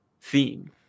theme